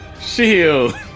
shield